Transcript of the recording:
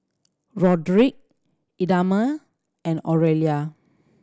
Roderic Idamae and Oralia